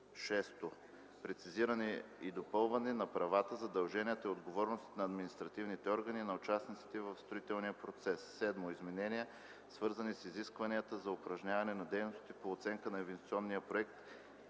6. Прецизиране и допълване на правата, задълженията и отговорностите на административните органи и на участниците в строителния процес. 7. Изменения, свързани с изискванията за упражняване на дейностите по оценка на инвестиционния проект